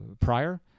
Prior